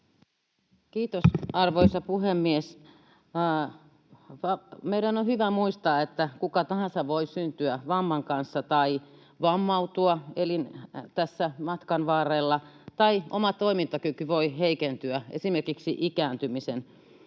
Kiitos, arvoisa puhemies! Meidän on hyvä muistaa, että kuka tahansa voi syntyä vamman kanssa tai vammautua tässä matkan varrella tai oma toimintakyky voi heikentyä esimerkiksi ikääntymisen